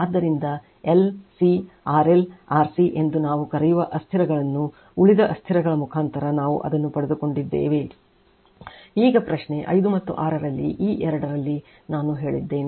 ಆದ್ದರಿಂದ L C RL RC ಎಂದು ನಾವು ಕರೆಯುವ ಅಸ್ಥಿರಗಳನ್ನುಉಳಿದ ಅಸ್ಥಿರಗಳ ಮುಖಾಂತರ ನಾವು ಅದನ್ನು ಪಡೆದುಕೊಂಡಿದ್ದೇವೆ ಈಗ ಪ್ರಶ್ನೆ 5 ಮತ್ತು 6 ರಲ್ಲಿ ಈ ಎರಡರಲ್ಲಿ ನಾನು ಹೇಳಿದ್ದೇನೆ